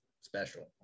special